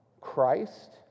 Christ